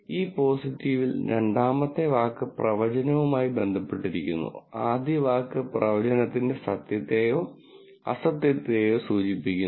ഈ പോസിറ്റീവിൽ രണ്ടാമത്തെ വാക്ക് പ്രവചനവുമായി ബന്ധപ്പെട്ടിരിക്കുന്നു ആദ്യ വാക്ക് പ്രവചനത്തിന്റെ സത്യത്തെയോ അസത്യത്തെയോ സൂചിപ്പിക്കുന്നു